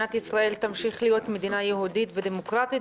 ומדינת ישראל תמשיך להיות מדינה יהודית ודמוקרטית,